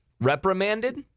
Reprimanded